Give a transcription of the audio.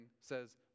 says